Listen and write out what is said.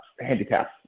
handicaps